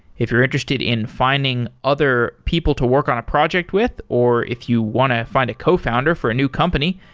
if you're interested in finding other people to work on a project with or if you want to find a cofounder for a new company,